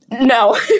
No